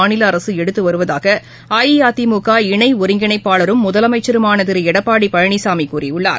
மாநிலஅரசுஎடுத்துவருவதாகஅஇஅதிமுக இணைஒருங்கிணைப்பாளரும் முதலமைச்சருமானதிருளடப்பாடிபழனிசாமிகூறியுள்ளார்